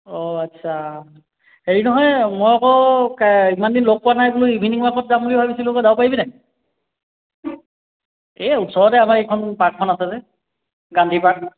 অঁ আচ্ছা হেৰি নহয় মই আকৌ কাই ইমানদিন লগ পোৱা নাই বোলো ইভিনিঙ ৱাকত যাম বুলি ভাবিছিলোঁ তই যাব পাৰিবি নাই এই ওচৰতে আমাৰ এইখন পাৰ্কখন আছে যে গান্ধী পাৰ্ক